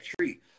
tree